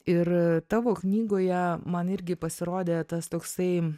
ir tavo knygoje man irgi pasirodė tas toksai